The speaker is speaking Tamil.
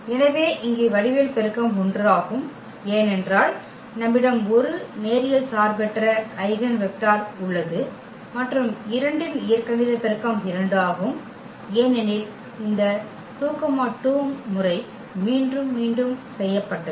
எனவே இங்கே வடிவியல் பெருக்கம் 1 ஆகும் ஏனென்றால் நம்மிடம் 1 நேரியல் சார்பற்ற ஐகென் வெக்டர் உள்ளது மற்றும் 2 இன் இயற்கணித பெருக்கம் 2 ஆகும் ஏனெனில் இந்த 2 2 முறை மீண்டும் மீண்டும் செய்யப்பட்டது